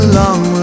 long